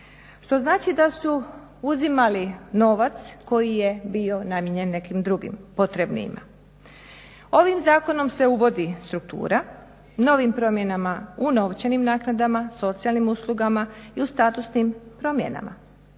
što znači da su uzimali novac koji je bio namijenjen nekim drugim potrebnima. Ovim zakonom se uvodi struktura, novim promjenama u novčanim naknadama, socijalnim uslugama i statusnim promjenama.